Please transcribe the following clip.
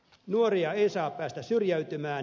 nuoria ei saa päästää syrjäytymään